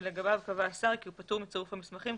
שלגביו קבע השר כי הוא פטור מצירוף המסמכים,